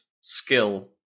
skill